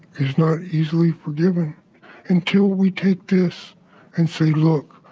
is not easily forgiven until we take this and say, look,